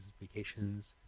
vacations